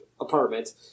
apartment